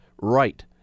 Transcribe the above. right